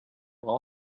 will